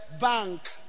bank